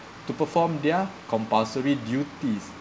to perform their compulsory duties